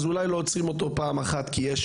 אולי לא עוצרים אותו פעם אחת כי יש